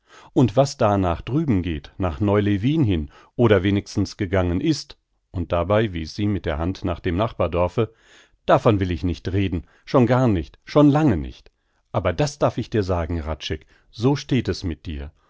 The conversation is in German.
und was da nach drüben geht nach neu lewin hin oder wenigstens gegangen ist und dabei wies sie mit der hand nach dem nachbardorfe davon will ich nicht reden schon gar nicht schon lange nicht aber das darf ich dir sagen hradscheck so steht es mit dir